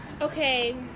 Okay